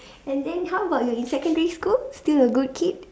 and then how about you in secondary school still a good kid